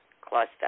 cluster